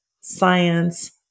science